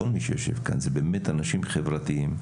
כל מי שיושב כאן הם באמת אנשים חברתיים,